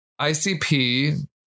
ICP